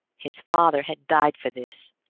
his father had died for this.